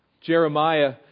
Jeremiah